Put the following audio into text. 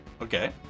Okay